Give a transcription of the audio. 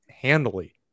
handily